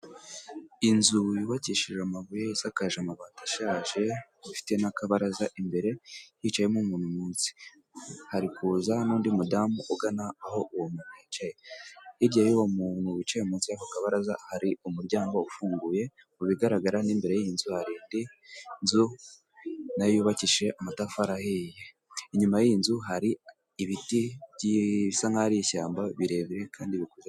Inzu yubakishije amabuye isakaje amabati ashaje ifite n'akabaraza, imbere hicayemo umuntu munsi hari kuza n'undi mudamu ugana aho uwo yicaye, hirya y'uwo muntu wicaye munsi y'aka kabaraza hari umuryango ufunguye, mu bigaragara n'imbere y'iyi nzu hari indi nzu na yo yubakishije amatafari ahiye, inyuma y'iyi nzu hari ibiti bisa nk'aho ari ishyamba birebire kandi biku.......